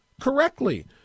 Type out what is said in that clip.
correctly